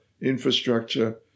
infrastructure